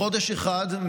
בחודש אחד,